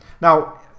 now